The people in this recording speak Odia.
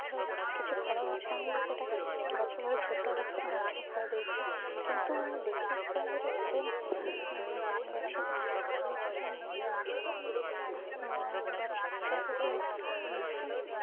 କିଛି ଫଳ ଗଛ ଆଣିଲେ ସେଇଟା ଗଛ ବହୁତ ଛୋଟ ଅବସ୍ଥାରେ ମଧ୍ୟ ଫଳ ଦେଇଥାଏ କିନ୍ତୁ ଆମେ ଦେଶୀ ଉପାୟରେ ଘରେ ଗଛରେ ବଗିଚାରେ ଗଛ ଲଗାଇବାକୁ ହେଲେ ନିଜ